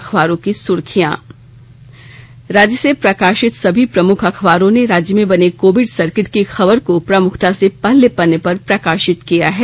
अखबारों की सुर्खियां राज्य से प्रकाशित सभी प्रमुख अखबारों ने राज्य में बने कोविड सर्किट की खबर को प्रमुखता से पहले पन्ने पर प्रकाशित किया है